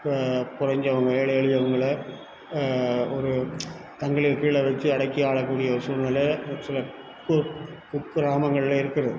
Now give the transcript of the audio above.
இப்போ கொறைஞ்சவங்க ஏழை எளியவங்களை ஒரு தங்களுக்கு கீழே வெச்சு அடக்கி ஆளக்கூடிய ஒரு சூழ்நிலை ஒரு சில கு குக் கிராமங்கள்ல இருக்கிறது